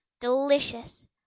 delicious